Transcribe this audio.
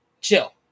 chill